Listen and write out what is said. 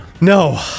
no